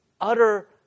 utter